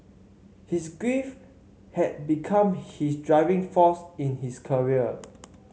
his grief had become his driving force in his career